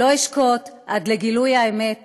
לא אשקוט עד לגילוי האמת.